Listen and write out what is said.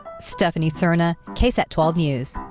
stephanie serna ksat twelve news.